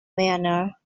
manner